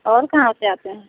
और कहाँ से आते हैं